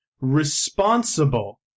responsible